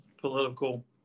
political